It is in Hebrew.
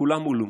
וכולן מולאו.